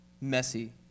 messy